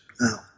now